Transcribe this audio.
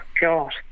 God